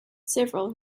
several